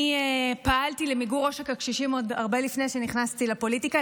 אני פעלתי למיגור עושק הקשישים עוד הרבה לפני שנכנסתי לפוליטיקה,